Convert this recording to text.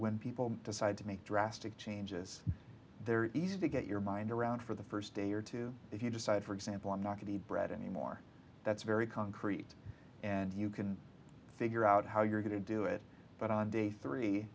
when people decide to make drastic changes they're easy to get your mind around for the first day or two if you decide for example i'm not going to be bread anymore that's very concrete and you can figure out how you're going to do it but on day three